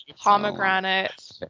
pomegranate